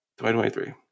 2023